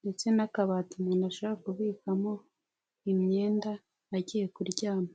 ndetse n'akabati umuntu ashaka kubikamo, imyenda, agiye kuryama.